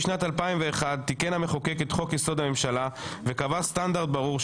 בשנת 2001 תיקן המחוקק את חוק יסוד: הממשלה וקבע סטנדרט ברור,